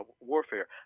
warfare